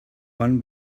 one